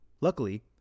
Luckily